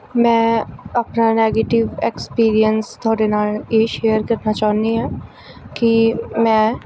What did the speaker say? ਮੈਂ ਆਪਣਾ negative experience ਤੁਹਾਡੇ ਨਾਲ ਇਹ ਸ਼ੇਅਰ ਕਰਨਾ ਚਾਹੁੰਦੀ ਹਾਂ ਕਿ ਮੈਂ